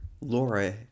Laura